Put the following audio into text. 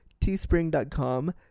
Teespring.com